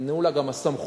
שניתנו לה גם הסמכויות